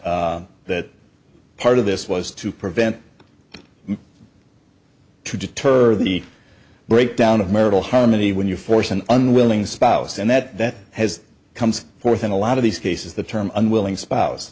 out that part of this was to prevent to deter the breakdown of marital harmony when you force an unwilling spouse and that that has comes forth in a lot of these cases the term unwilling spouse